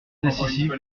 décisive